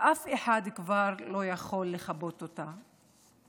ואף אחד כבר לא יוכל לכבות אותה.